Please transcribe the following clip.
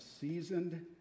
seasoned